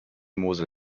mosel